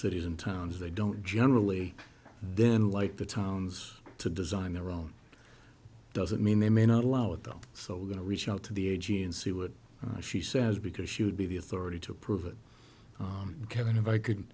cities and towns they don't generally then like the towns to design their own doesn't mean they may not allow it though so we're going to reach out to the a g and see what she says because she would be the authority to prove it kevin if i could